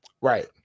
Right